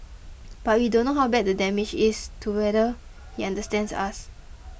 but we don't know how bad the damage is to whether he understands us